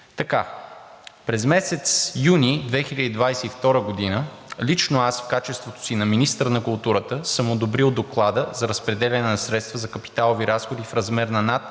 цифри. През месец юни 2022 г. лично аз, в качеството си на министър на културата, съм одобрил доклада за разпределяне на средства за капиталови разходи в размер на над